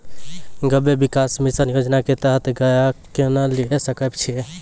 गव्य विकास मिसन योजना के तहत गाय केना लिये सकय छियै?